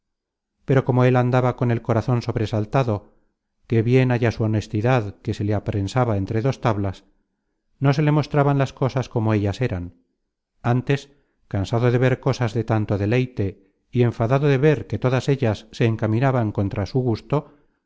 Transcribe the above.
pero como él andaba con el corazon sobresaltado que bien haya su honestidad que se le aprensaba entre dos tablas no se le mostraban las cosas como ellas eran ántes cansado de ver cosas de tanto deleite y enfadado de ver que todas ellas se encaminaban contra su gusto